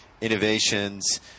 innovations